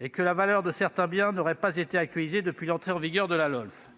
et que la valeur de certains biens n'aurait pas été actualisée depuis l'entrée en vigueur de la LOLF